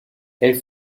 elle